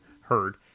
heard